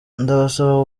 ndabasaba